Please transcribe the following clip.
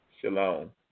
shalom